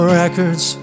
records